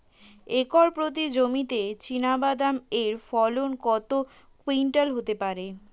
Acre প্রতি জমিতে চীনাবাদাম এর ফলন কত কুইন্টাল হতে পারে?